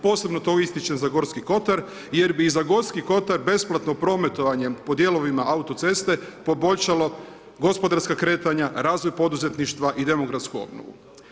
Posebno to ističem za Gorski kotar, jer bi i za Gorski kotar besplatno prometovanje po dijelovima autoceste poboljšalo gospodarska kretanja, razvoj poduzetništva i demografsku obnovu.